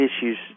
issues